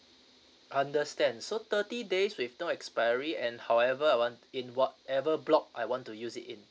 understand so thirty days with no expiry and however I want in whatever block I want to use it in